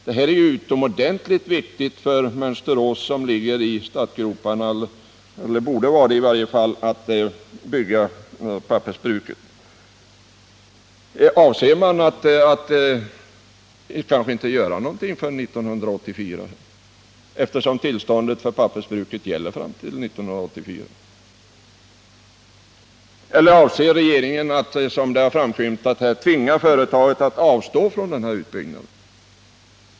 Detta är ju utomordentligt viktigt för Mönsterås som ligger i startgroparna — eller som i varje fall borde ligga där — för att bygga pappersbruket. Avser man att inte göra någonting förrän 1984, eftersom tillståndet för pappersbruket gäller fram till den tidpunkten? Eller avser regeringen att, som framskymtat, tvinga företaget att avstå från utbyggnaden?